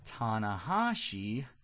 Tanahashi